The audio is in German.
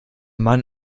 mann